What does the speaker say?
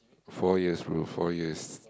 four years bro four years